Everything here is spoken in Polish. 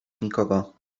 nikogo